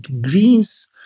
greens